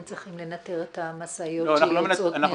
צריכים לנתר את המשאיות שיוצאות מהרצליה.